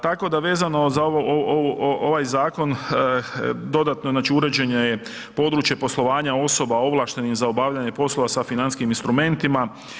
Tako da vezano za ovo, ovaj zakon dodatno znači uređeno je područje poslovanja osoba ovlaštenih za obavljanje poslova sa financijskim instrumentima.